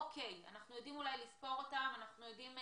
אנחנו יודעים לספור אותם ויודעים להיערך.